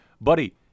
Buddy